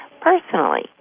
personally